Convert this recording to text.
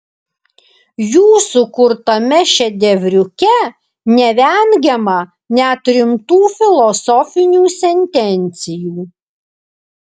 jų sukurtame šedevriuke nevengiama net rimtų filosofinių sentencijų